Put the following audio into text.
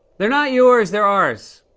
they're not yours. they're ours.